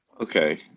Okay